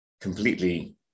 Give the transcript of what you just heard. completely